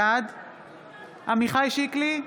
בעד עמיחי שיקלי,